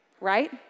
right